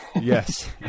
Yes